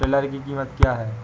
Tiller की कीमत क्या है?